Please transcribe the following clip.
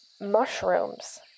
mushrooms